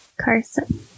Carson